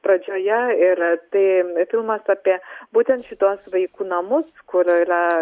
pradžioje ir tai filmas apie būtent šituos vaikų namus kur yra